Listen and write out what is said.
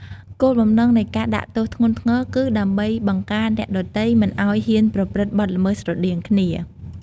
គោលបំណងនៃការដាក់ទោសធ្ងន់ធ្ងរគឺ ដើម្បីបង្ការអ្នកដទៃមិនឲ្យហ៊ានប្រព្រឹត្តបទល្មើសស្រដៀងគ្នា។